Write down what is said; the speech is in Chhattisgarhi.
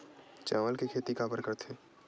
चावल के खेती काबर करथे?